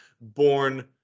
born